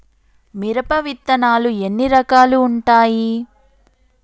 మిరప విత్తనాలు ఎన్ని రకాలు ఉంటాయి?